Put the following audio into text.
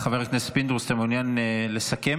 חבר הכנסת פינדרוס, אתה מעוניין לסכם?